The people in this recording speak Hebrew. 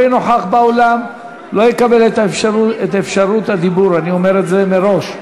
אני אומר את זה מראש.